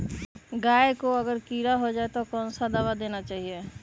गाय को अगर कीड़ा हो जाय तो कौन सा दवा देना चाहिए?